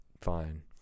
fine